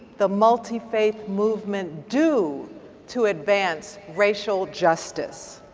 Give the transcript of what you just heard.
the multi faith movement, do to advance racial justice?